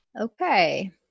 Okay